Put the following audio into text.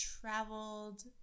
traveled